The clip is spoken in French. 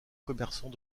commerçant